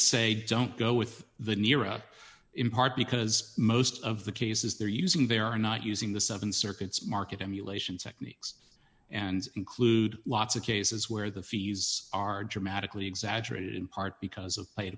say don't go with the nira in part because most of the cases they're using they are not using the seven circuits market emulation techniques and include lots of cases where the fees are dramatically exaggerated in part because